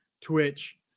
Twitch